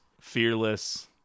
Fearless